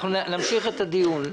אנחנו נמשיך את הדיון.